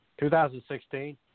2016